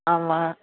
ஆமாம்